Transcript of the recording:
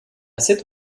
cette